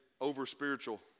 over-spiritual